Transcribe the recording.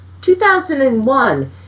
2001